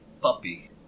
puppy